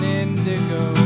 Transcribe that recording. indigo